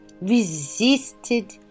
resisted